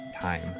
time